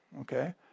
Okay